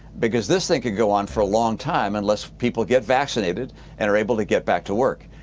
because this thing can go on for a long time unless people get vaccinated and are able to get back to work.